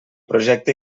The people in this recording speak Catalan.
projecte